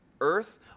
earth